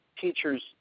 teachers